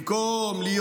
במקום להיות